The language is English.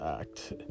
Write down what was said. act